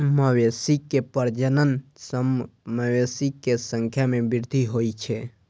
मवेशी के प्रजनन सं मवेशी के संख्या मे वृद्धि होइ छै